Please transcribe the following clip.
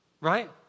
right